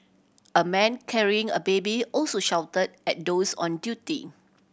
a man carrying a baby also shout at those on duty